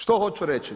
Što hoću reći?